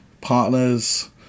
partners